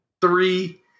three